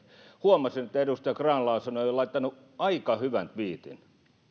huomasin että edustaja grahn laasonen oli laittanut aika hyvän tviitin että